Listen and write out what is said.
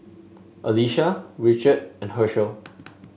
Alisha Richard and Hershell